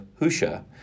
Husha